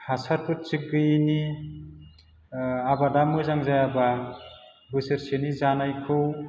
हासारफोर थिक गैयैनि आबादा मोजां जायाबा बोसोरसेनि जानायखौ